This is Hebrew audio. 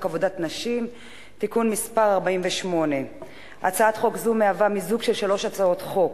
עבודת נשים (תיקון מס' 48). הצעת חוק זו היא מיזוג של שלוש הצעות חוק: